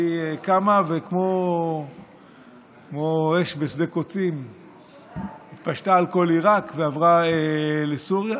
והיא קמה וכמו אש בשדה קוצים התפשטה על כל עיראק ועברה לסוריה,